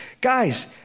Guys